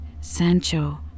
Sancho